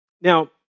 Now